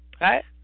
Right